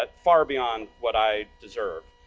but far beyond what i deserve.